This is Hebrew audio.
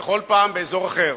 כל פעם באזור אחר.